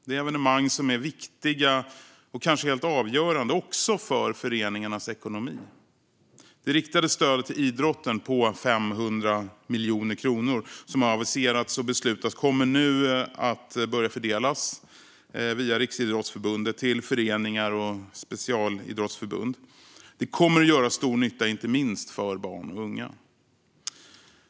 Det är evenemang som är viktiga och kanske helt avgörande också för föreningarnas ekonomi. Det riktade stödet till idrotten på 500 miljoner kronor som har aviserats och beslutats kommer nu att börja fördelas via Riksidrottsförbundet till föreningar och specialidrottsförbund. Det kommer att göra stor nytta inte minst för barn och unga.